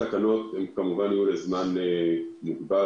התקנות הן לזמן מוגבל,